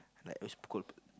like always scold